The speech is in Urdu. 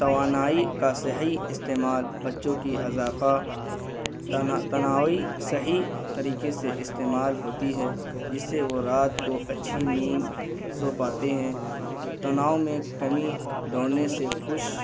توانائی کا صحیح استعمال بچوں کی اضافہ تنا تناوی صحیح طریقے سے استعمال ہوتی ہے جس سے وہ رات کو اچھی نیند سو پاتے ہیں تناؤ میں کمی دوڑنے سے خوش